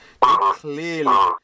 clearly